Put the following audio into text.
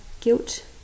guilt